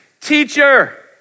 Teacher